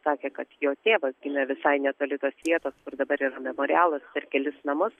sakė kad jo tėvas gimė visai netoli tos vietos kur dabar yra memorialas per kelis namus